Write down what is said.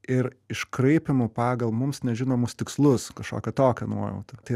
ir iškraipymų pagal mums nežinomus tikslus kažkokia tokia nuojauta tai